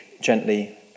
gently